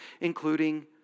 including